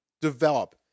develop